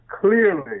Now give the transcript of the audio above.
clearly